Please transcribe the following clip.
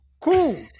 Cool